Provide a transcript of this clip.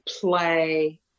play